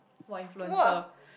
!wah! influencer